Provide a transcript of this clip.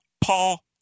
Paul